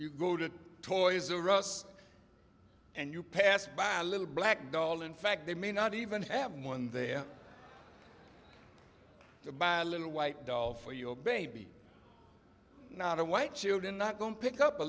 you go to toys around us and you pass by a little black ball in fact they may not even have one there to buy a little white doll for your baby not a white children not going to pick up a